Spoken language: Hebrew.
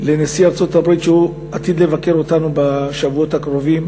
לנשיא ארצות-הברית שעתיד לבקר אותנו בשבועות הקרובים.